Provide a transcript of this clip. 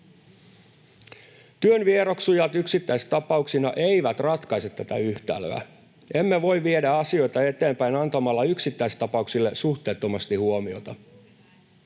Työn vieroksujat yksittäistapauksina eivät ratkaise tätä yhtälöä. Emme voi viedä asioita eteenpäin antamalla yksittäistapauksille suhteettomasti huomiota.